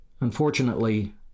Unfortunately